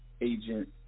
agent